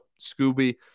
Scooby